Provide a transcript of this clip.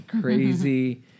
crazy